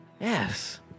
Yes